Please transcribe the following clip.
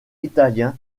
italien